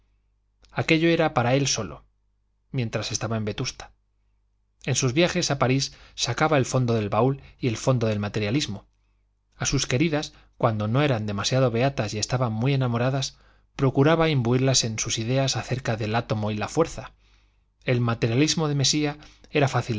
aquello era para él solo mientras estaba en vetusta en sus viajes a parís sacaba el fondo del baúl y el fondo del materialismo a sus queridas cuando no eran demasiado beatas y estaban muy enamoradas procuraba imbuirlas en sus ideas acerca del átomo y la fuerza el materialismo de mesía era fácil